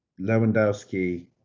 Lewandowski